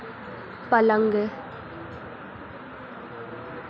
पलंग